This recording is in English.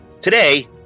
Today